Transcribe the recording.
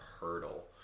hurdle